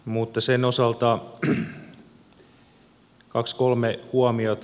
mutta sen osalta kaksi kolme huomiota